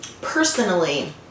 personally